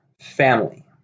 Family